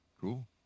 Cool